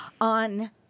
on